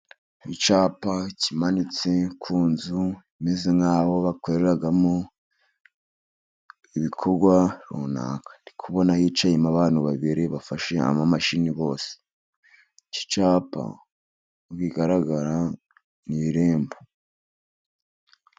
Icyapa kimanitse ku nzu imeze nk'aho bakoreramo ibikorwa runaka. Ndi kubona hicayemo abantu babiri bafashe amamashini bose. Iki cyapa mu bigaragara ni irembo.